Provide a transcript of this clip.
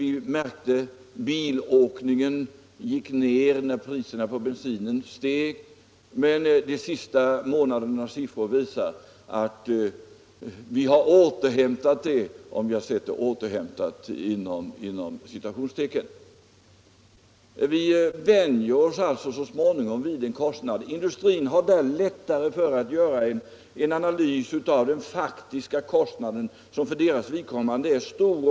Vi märkte att bilåkningen gick ned när priserna på bensin steg, men de senaste månadernas siffror visar att vi har ”återhämtat” detta. Vi vänjer oss alltså så småningom vid en kostnad. Industrin har där lättare för att göra en analys av den faktiska kostnaden, som för industrins vidkommande är stor.